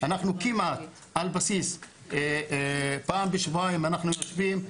אנחנו כמעט על בסיס פעם בשבועיים אנחנו יושבים,